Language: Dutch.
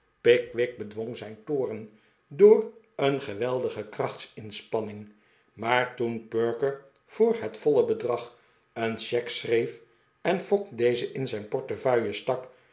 pickwick bedwong zijn toorn door een geweldige krachtsinspanning maar toen perker voor het voile bedrag een cheque schreef en fogg deze in zijn portefeuille stak